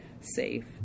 safe